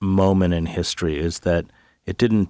moment in history is that it didn't